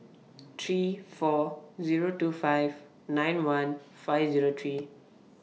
three four Zero two five nine one five Zero three